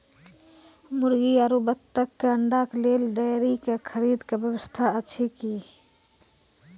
मुर्गी आरु बत्तक के अंडा के लेल डेयरी के खरीदे के व्यवस्था अछि कि?